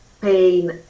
pain